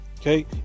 Okay